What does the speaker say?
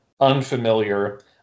unfamiliar